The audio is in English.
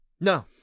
No